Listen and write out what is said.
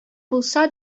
булса